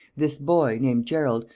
this boy, named gerald,